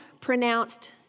pronounced